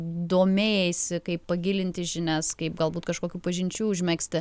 domėjaisi kaip pagilinti žinias kaip galbūt kažkokių pažinčių užmegzti